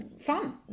Fun